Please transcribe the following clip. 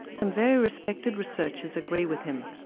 some very respected researchers agree with him.